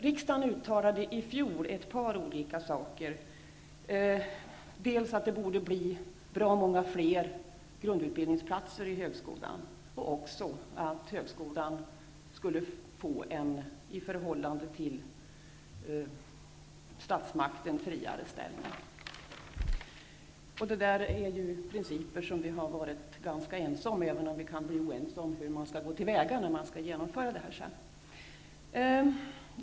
Riksdagen gjorde i fjol ett par uttalanden: dels att det borde bli bra många fler grundutbildningsplatser i högskolan, dels att högskolan skulle få en i förhållande till statsmakten friare ställning. Det är principer som vi har varit ganska ense om, även om vi kan bli oense om hur man skall gå till väga när man sedan skall genomföra dem.